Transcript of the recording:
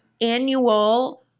annual